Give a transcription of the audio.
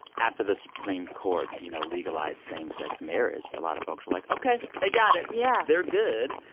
after the supreme court, you know, legalized same-sex marriage, a lot of folks were like ok, they got it yeah they're good.